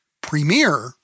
premier